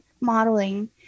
modeling